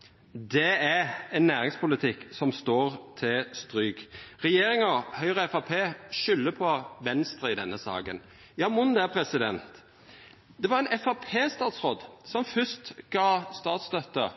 – er ein næringspolitikk som står til stryk. Høgre og Framstegspartiet skuldar på Venstre i denne saka – tru det. Det var ein statsråd frå Framstegspartiet som først gav statsstøtte